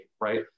right